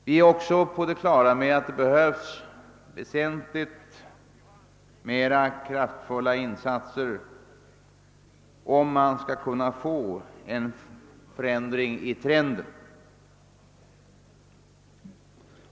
Vi är också på det klara med att det behövs väsentligt kraftfullare insatser för att få till stånd en förändring av trenden.